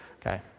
Okay